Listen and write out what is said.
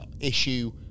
issue